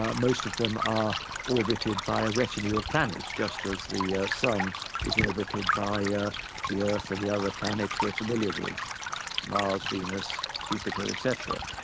ah most of them are orbited by a retinue of planets, just as the ah sun is orbited by ah the earth and the other planets we are familiar with mars, venus, jupiter, etcetera.